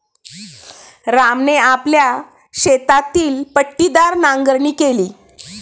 रामने आपल्या शेतातील पट्टीदार नांगरणी केली